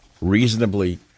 reasonably